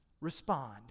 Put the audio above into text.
respond